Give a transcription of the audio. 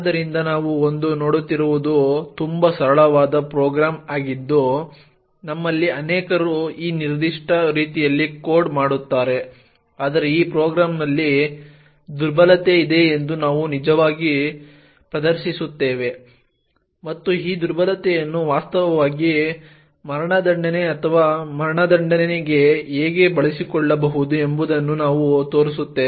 ಆದ್ದರಿಂದ ನಾವು ಇಂದು ನೋಡುತ್ತಿರುವುದು ತುಂಬಾ ಸರಳವಾದ ಪ್ರೋಗ್ರಾಂ ಆಗಿದ್ದು ನಮ್ಮಲ್ಲಿ ಅನೇಕರು ಈ ನಿರ್ದಿಷ್ಟ ರೀತಿಯಲ್ಲಿ ಕೋಡ್ ಮಾಡುತ್ತಾರೆ ಆದರೆ ಈ ಪ್ರೋಗ್ರಾಂನಲ್ಲಿ ದುರ್ಬಲತೆ ಇದೆ ಎಂದು ನಾವು ನಿಜವಾಗಿ ಪ್ರದರ್ಶಿಸುತ್ತೇವೆ ಮತ್ತು ಈ ದುರ್ಬಲತೆಯನ್ನು ವಾಸ್ತವವಾಗಿ ಹೇಗೆ ಬಳಸಿಕೊಳ್ಳಬಹುದು ಎಂಬುದನ್ನು ನಾವು ತೋರಿಸುತ್ತೇವೆ